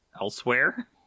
elsewhere